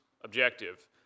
objective